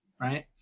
Right